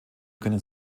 können